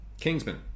Kingsman